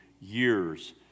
years